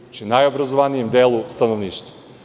Znači o najobrazovanijem delu stanovništva.